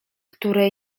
które